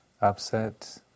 upset